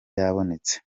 yabonetse